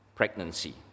Pregnancy